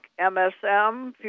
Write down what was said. MSM